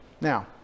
Now